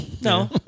No